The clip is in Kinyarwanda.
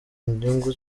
nyungu